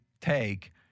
take—